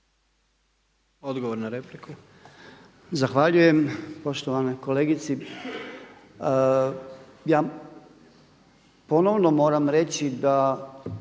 Odgovor na repliku.